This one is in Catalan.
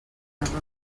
arròs